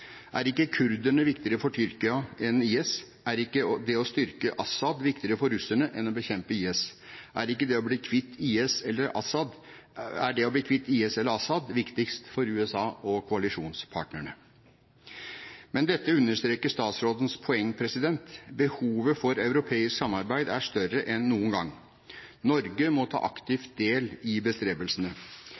Er ikke kurderne viktigere for Tyrkia enn IS? Er ikke det å styrke Assad viktigere for russerne enn å bekjempe IS? Er det å bli kvitt IS eller Assad viktigst for USA og koalisjonspartnere? Dette understreker statsrådens poeng. Behovet for europeisk samarbeid er større enn noen gang. Norge må aktivt ta del i bestrebelsene.